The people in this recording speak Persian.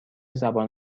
زبان